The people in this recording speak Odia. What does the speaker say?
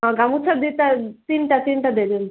ହଁ ଗାମୁଛା ଦୁଇଟା ତିନିଟା ତିନିଟା ଦେଇ ଦିଅନ୍ତୁ